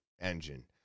engine